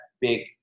big